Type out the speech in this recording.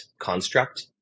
construct